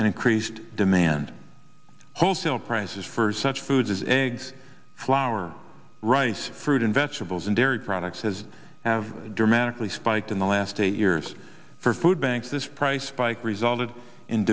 and increased demand wholesale prices for such foods as eggs flour rice fruit and vegetables and dairy products as have dramatically spiked in the last eight years for food banks this price spike resulted in